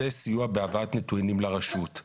זה סיוע בהבאת נתונים לרשות.